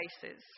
places